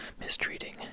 mistreating